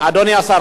אדוני השר,